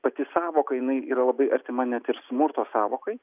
pati sąvoka jinai yra labai artima net ir smurto sąvokai